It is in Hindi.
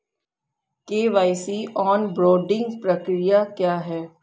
के.वाई.सी ऑनबोर्डिंग प्रक्रिया क्या है?